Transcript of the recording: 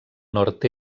nord